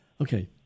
Okay